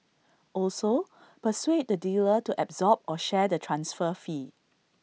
also persuade the dealer to absorb or share the transfer fee